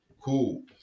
Cool